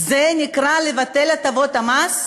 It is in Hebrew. זה נקרא לבטל את הטבות המס?